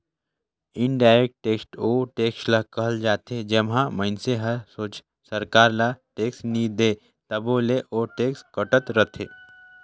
indirect tax ओ tax ल कहल जाथे जेम्हां मइनसे हर सोझ सरकार ल टेक्स नी दे तबो ले ओ टेक्स कटत रहथे